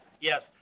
Yes